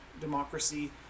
democracy